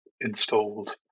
installed